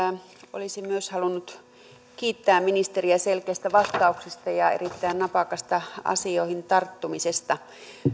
olisin myös halunnut kiittää ministeriä selkeistä vastauksista ja erittäin napakasta asioihin tarttumisesta